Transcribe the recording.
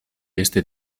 este